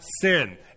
sin